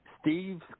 Steve